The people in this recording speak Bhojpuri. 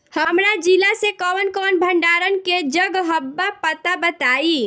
हमरा जिला मे कवन कवन भंडारन के जगहबा पता बताईं?